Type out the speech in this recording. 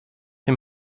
him